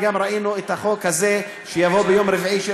וגם ראינו את החוק הזה שיבוא ביום רביעי,